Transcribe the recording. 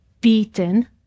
beaten